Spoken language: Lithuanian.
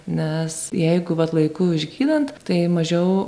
nes jeigu vat laiku išgydant tai mažiau